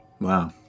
Wow